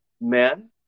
Men